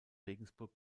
regensburg